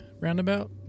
Roundabout